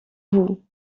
vous